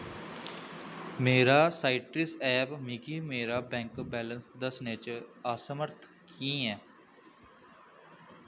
मेरा citrus app मिगी मेरा बैंक बैलेंस दस्सने च असमर्थ कीऽ ऐ